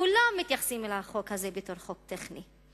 כולם מתייחסים אל החוק הזה בתור חוק טכני.